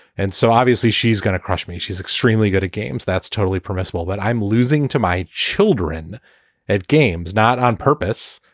and so obviously she's going to crush me. she's extremely good at games. that's totally permissible, but i'm losing to my children at games. not on purpose.